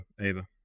Ava